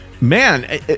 Man